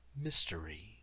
Mystery